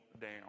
down